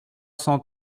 cent